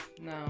No